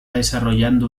desarrollando